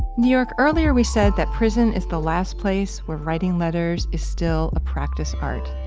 new york, earlier we said that prison is the last place where writing letters is still a practice art.